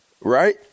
Right